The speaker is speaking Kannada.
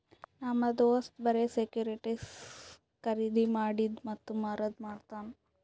ನಮ್ ದೋಸ್ತ್ ಬರೆ ಸೆಕ್ಯೂರಿಟಿಸ್ ಖರ್ದಿ ಮಾಡಿದ್ದು ಮತ್ತ ಮಾರದು ಮಾಡ್ತಾನ್